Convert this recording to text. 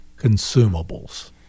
consumables